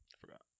Forgot